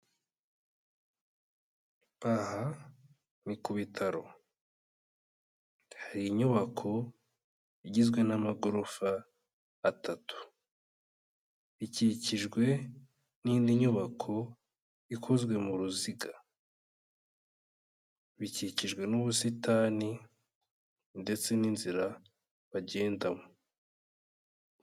Aha ni ku bitaro, hari inyubako igizwe n'amagorofa atatu, ikikijwe n'indi nyubako ikozwe mu ruziga, bikikijwe n'ubusitani ndetse n'inzira bagendamo.